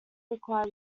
require